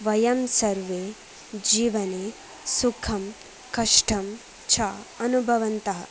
वयं सर्वे जीवने सुखं कष्टं च अनुभवन्तः